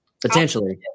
potentially